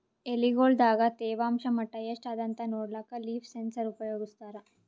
ಎಲಿಗೊಳ್ ದಾಗ ತೇವಾಂಷ್ ಮಟ್ಟಾ ಎಷ್ಟ್ ಅದಾಂತ ನೋಡ್ಲಕ್ಕ ಲೀಫ್ ಸೆನ್ಸರ್ ಉಪಯೋಗಸ್ತಾರ